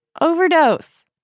Overdose